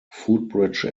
footbridge